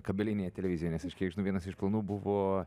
kabelinėje televizijoje nes aš kiek žinau vienas iš planų buvo